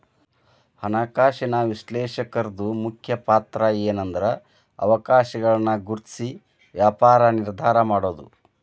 ಹಣಕಾಸಿನ ವಿಶ್ಲೇಷಕರ್ದು ಮುಖ್ಯ ಪಾತ್ರಏನ್ಂದ್ರ ಅವಕಾಶಗಳನ್ನ ಗುರ್ತ್ಸಿ ವ್ಯಾಪಾರ ನಿರ್ಧಾರಾ ಮಾಡೊದು